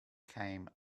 came